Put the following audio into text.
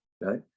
right